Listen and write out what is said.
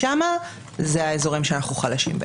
אלה אזורים שאנחנו חלשים בהם.